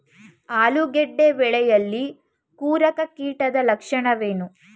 ಆಲೂಗೆಡ್ಡೆ ಬೆಳೆಯಲ್ಲಿ ಕೊರಕ ಕೀಟದ ಲಕ್ಷಣವೇನು?